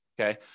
okay